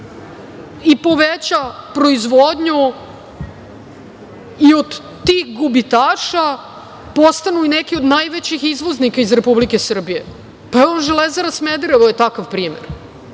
i poveća proizvodnju i od tih gubitaša postanu i neke od najvećih izvoznika iz Republike Srbije. Evo, „Železara“ Smederevo vam je takav primer. Dakle,